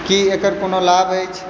की एकर कोनो लाभ अछि